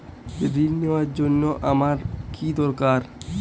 ঋণ নেওয়ার জন্য আমার কী দরকার?